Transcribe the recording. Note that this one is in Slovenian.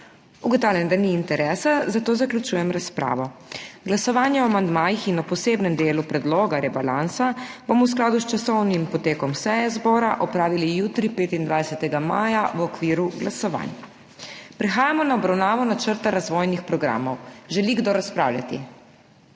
Ugotavljam, da ni interesa, zato zaključujem razpravo. Glasovanje o amandmajih in o posebnem delu predloga rebalansa bomo v skladu s časovnim potekom seje zbora opravili jutri, 25. maja, v okviru glasovanj. Prehajamo na obravnavo Načrta razvojnih programov. Želi kdo razpravljati?